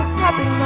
happy